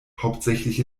hauptsächlich